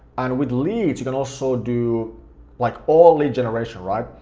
and with leads you're gonna also do like all lead generation, right,